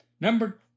Number